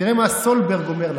תראה מה סולברג אומר לה.